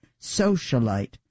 socialite